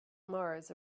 mars